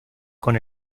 con